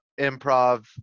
improv